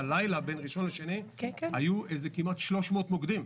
בלילה בין ראשון לשני היו כמעט 300 מוקדים.